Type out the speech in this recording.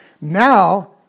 Now